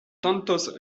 tantos